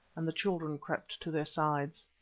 and the children crept to their sides.